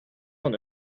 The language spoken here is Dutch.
van